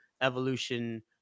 evolution